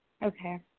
Okay